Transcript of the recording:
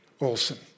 Olson